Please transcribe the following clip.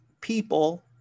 people